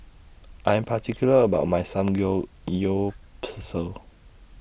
I Am particular about My Samgeyopsal